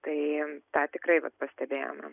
tai tą tikrai vat pastebėjome